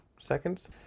seconds